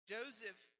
Joseph